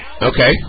Okay